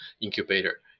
incubator